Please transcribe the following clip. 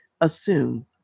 assume